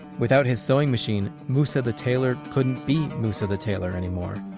without his sewing machine, mousa the tailor couldn't be mousa the tailor anymore.